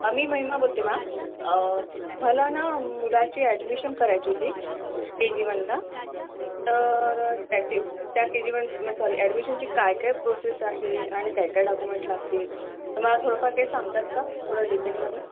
मी महिमा बोलते मॅम मला ना मुलाची ॲडमिशन करायची होती के जी वनला तर त्याची त्या के जी वन म सॉरी ॲडमिशनची काय काय प्रोसेस आहे आणि काय काय डाकुमेंट लागतील तर मला थोडं फार काही सांगतात का थोडं डिटेलमध्ये